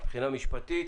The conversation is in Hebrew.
מבחינה משפטית.